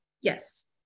Yes